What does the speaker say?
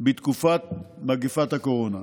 בתקופת מגפת הקורונה.